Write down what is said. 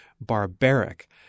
barbaric